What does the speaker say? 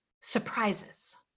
surprises